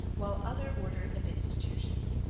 while other orders and institutions,